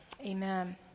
Amen